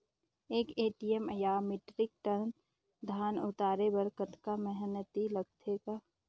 एक एम.टी या metric tonne धन उतारे बर कतका मेहनती लगथे ग?